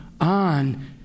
on